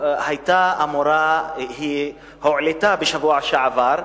זאת הועלתה בשבוע שעבר,